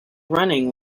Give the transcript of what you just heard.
running